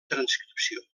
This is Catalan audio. transcripció